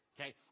Okay